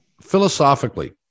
philosophically